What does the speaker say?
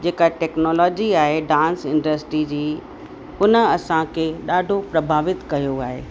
जेका टैक्नालॉजी आहे dance industry जी उन असांखे ॾाढो प्रभावित कयो आहे